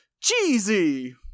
cheesy